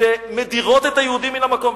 שמדירות את היהודים מן המקום,